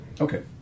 Okay